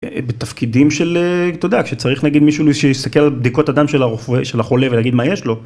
תפקידים של, אתה יודע, שצריך להגיד מישהו להסתכל בדיקות אדם של החולה ולהגיד מה יש לו.